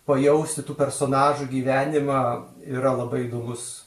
pajausti tų personažų gyvenimą yra labai įdomus